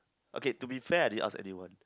okay to be fair the outstanding one